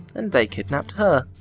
and they kidnapped her.